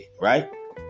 right